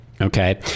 Okay